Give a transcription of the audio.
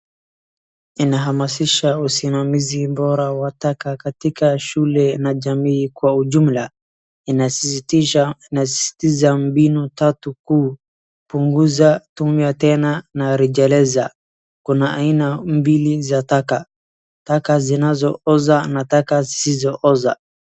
Inahamasisha usimamizi bora wa taka katika shule na jamii kwa ujumla. Inasisitiza mbinu tatu kuu, punguza, tumia tena na rejesha. Kuna aina mbili za taka, taka zinazooza na taka zisizooza.